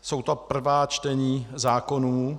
Jsou to prvá čtení zákonů.